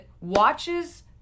watches